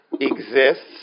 exists